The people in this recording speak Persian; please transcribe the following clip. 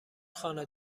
خانه